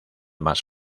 más